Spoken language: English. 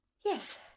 Yes